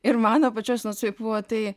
ir mano pačios nuostabai buvo tai